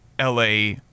LA